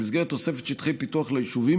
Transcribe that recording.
במסגרת תוספת שטחי פיתוח ליישובים,